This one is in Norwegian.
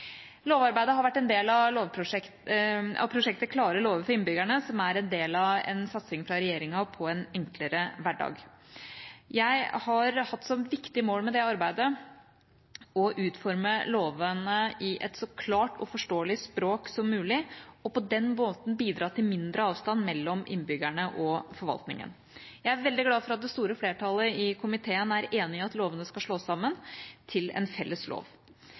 Lovarbeidet har vært en del av prosjektet «Klare lover for innbyggerne», som er en del av en satsing fra regjeringa på en enklere hverdag. Jeg har hatt som et viktig mål med det arbeidet å utforme lovene i et så klart og forståelig språk som mulig, og på den måten bidra til mindre avstand mellom innbyggerne og forvaltningen. Jeg er veldig glad for at det store flertallet i komiteen er enig i at lovene skal slås sammen til en felles lov.